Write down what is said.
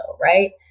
right